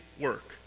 work